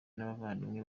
n’abavandimwe